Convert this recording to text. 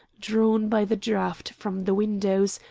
drawn by the draft from the windows,